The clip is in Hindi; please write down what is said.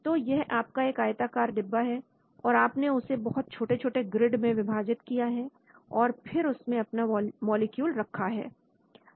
तो यह आपका एक आयताकार डिब्बा है और आपने उसे बहुत छोटे छोटे ग्रिड में विभाजित किया है और फिर उसमें अपना मॉलिक्यूल रखा है